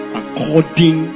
according